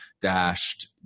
dashed